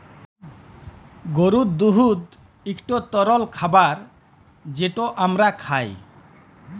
গরুর দুহুদ ইকট তরল খাবার যেট আমরা খাই